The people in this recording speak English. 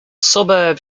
suburb